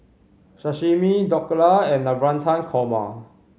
Sashimi Dhokla and Navratan Korma